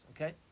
Okay